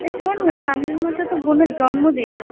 এই শোন না সামনের মাসে তো বোনের জন্মদিন